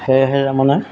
সেয়েহে মানে